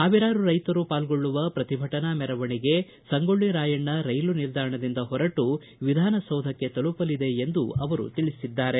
ಸಾವಿರಾರು ರೈತರು ಪಾಲ್ಗೊಳ್ಳುವ ಪ್ರತಿಭಟನಾ ಮೆರವಣಿಗೆ ಸಂಗೊಳ್ಳರಾಯಣ್ಣ ರೈಲು ನಿಲ್ದಾಣದಿಂದ ಹೊರಟು ವಿಧಾನ ಸೌಧಕ್ಕೆ ತಲುಪಲಿದೆ ಎಂದು ಅವರು ತಿಳಿಸಿದ್ದಾರೆ